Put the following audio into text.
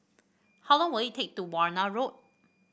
how long will it take to Warna Road